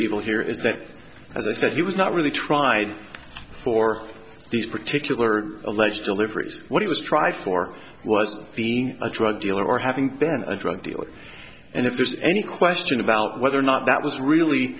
evil here is that as i said he was not really tried for this particular alleged deliberate what he was tried for was being a drug dealer or having been a drug dealer and if there's any question about whether or not that was really